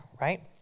right